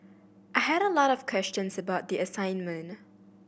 I had a lot of questions about the assignment